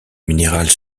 minérale